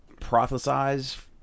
prophesize